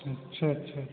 अच्छा अच्छा अच्छा